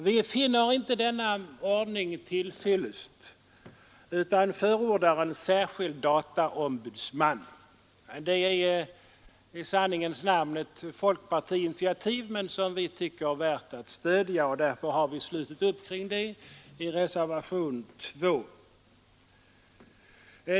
Vi finner inte denna ordning till fyllest utan förordar en särskild dataombudsman. Det är i sanningens namn ett folkpartiinitiativ, men vi tycker att det är värt att stödja och därför har vi slutit upp kring det i reservationen 2.